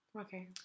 Okay